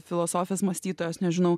filosofės mąstytojos nežinau